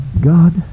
God